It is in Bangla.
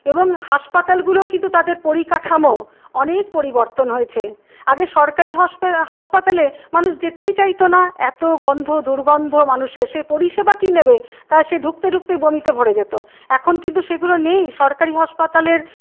এবং হাসপাতালগুলোও কিন্তু তাদের পরিকাঠামো অনেক পরিবর্তন হয়েছে আগে সরকারি হাসপাতালে মানুষ যেতেই চাইত না এত গন্ধ দুর্গন্ধ মানুষ পরিষেবা কি নেবে তা সে ঢুকতে ঢুকতেই বমিতে ভরে যেত এখন কিন্তু সেগুলো নেই সরকারি হাসপাতালের